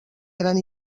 gran